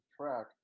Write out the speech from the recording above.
track